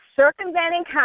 circumventing